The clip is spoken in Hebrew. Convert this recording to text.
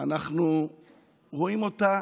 אנחנו רואים אותה